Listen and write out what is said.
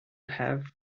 have